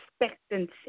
expectancy